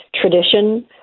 tradition